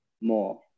more